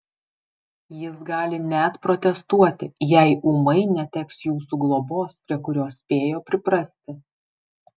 jis gali net protestuoti jei ūmai neteks jūsų globos prie kurios spėjo priprasti